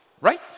Right